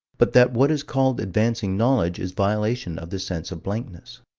but that what is called advancing knowledge is violation of the sense of blankness.